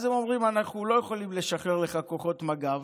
אז הם אומרים: אנחנו לא יכולים לשחרר לך כוחות מג"ב,